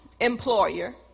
employer